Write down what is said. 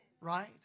Right